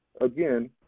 again